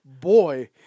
Boy